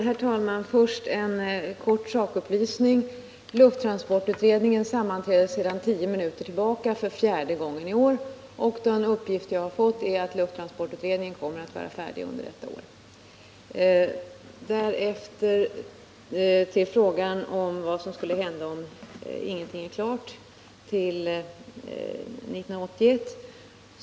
Herr talman! Först en kort sakupplysning. Lufttransportutredningen sammanträder sedan tio minuter tillbaka för fjärde gången i år, och enligt den uppgift jag har fått kommer lufttransportutredningen att vara färdig under detta år. Bernt Nilsson frågade vad som skulle hända om ingenting är klart till 1981.